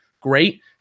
great